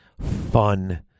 fun